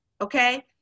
okay